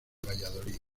valladolid